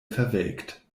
verwelkt